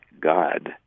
God